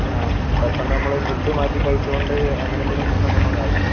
ആ പെട്ടെന്ന് നമ്മൾ ഫുഡ് മാറ്റി കഴിച്ചതുകൊണ്ട് അങ്ങനെ എന്തെങ്കിലും പ്രശ്നം വന്നത് ആയിരിക്കും